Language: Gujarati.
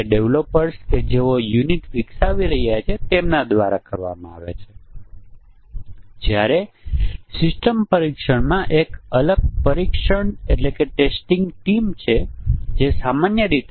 તે કિસ્સામાં આ પ્રકારની સમસ્યા શોધવા માટે આપણે ખરેખર પરીક્ષણના કેસો પેદા કરવાની જરૂર છે જેમાં બધા જોડી મૂલ્યો આવી જાય